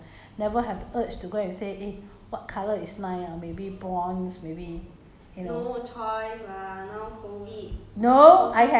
you know white colour 就是 colour you know you you don't have the never have the urge to go and say eh what colour is nice ah maybe bronze maybe